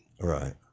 Right